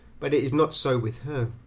but it is not so with her.